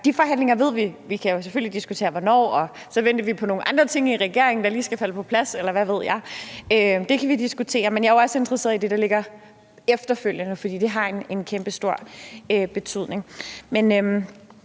de forhandlinger kommer. Vi kan selvfølgelig diskutere hvornår, og så venter vi på, at nogle andre ting i regeringen lige skal falde på plads, eller hvad ved jeg – det kan vi diskutere. Men jeg er jo også interesseret i det, der ligger efterfølgende, fordi det har en kæmpestor betydning.